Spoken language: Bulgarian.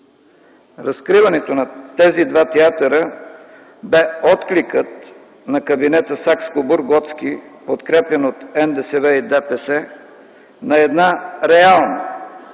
Разкриването на тези два театъра беше откликът на кабинета „Сакскобургготски”, подкрепян от НДСВ и ДПС, на една реална,